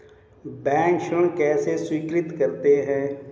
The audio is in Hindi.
बैंक ऋण कैसे स्वीकृत करते हैं?